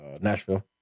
Nashville